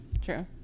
True